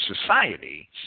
society